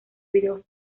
vídeos